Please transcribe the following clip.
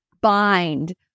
bind